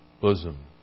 Bosom